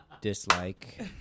dislike